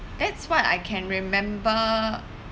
that's what I can remember